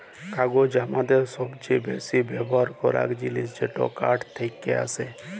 কাগজ হামাদের সবচে বেসি ব্যবহার করাক জিনিস যেটা কাঠ থেক্কে আসেক